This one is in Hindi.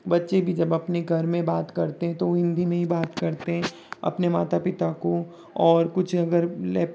बच्चे भी जब अपने घर में बात करते हैं तो वो हिंदी में ही बात करते हैं अपने माता पिता को और कुछ अगर लैप